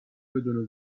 بدون